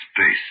space